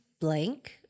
blank